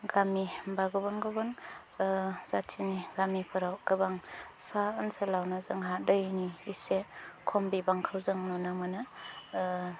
गामि बा गुबुन गुबुन जातिनि गामिफोराव गोबां सा ओनसोलावनो जोंहा दैनि इसे खम बिबांखौ जों नुनो मोनो